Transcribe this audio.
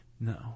No